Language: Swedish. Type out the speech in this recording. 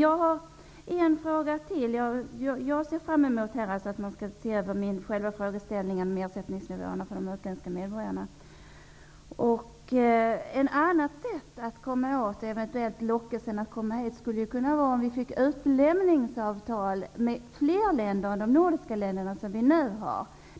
Jag ser fram mot att man skall göra en översyn av ersättningsnivåerna för utländska medborgare. Ett annat sätt att komma åt den eventuella lockelsen att komma hit skulle vara om fick utlämningsavtal med fler länder än de nordiska länderna.